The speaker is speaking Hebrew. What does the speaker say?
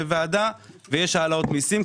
ועדה ויש העלאות מסים.